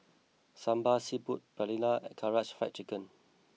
Sambar Seafood Paella and Karaage Fried Chicken